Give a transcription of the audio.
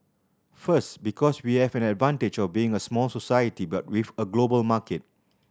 first because we have an advantage of being a small society but with a global market